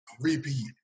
repeat